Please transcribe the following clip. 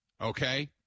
okay